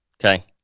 Okay